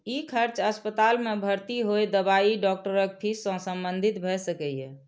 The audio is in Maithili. ई खर्च अस्पताल मे भर्ती होय, दवाई, डॉक्टरक फीस सं संबंधित भए सकैए